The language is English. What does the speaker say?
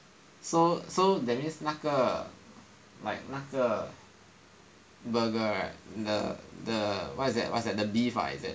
so so that means 那个 like 那个 burger right the the what's that what's that the beef ah is it